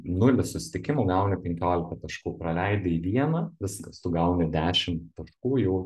nulį susitikimų gauni penkiolika taškų praleidai vieną viskas tu gauni dešim taškų jau